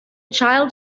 child